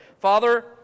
Father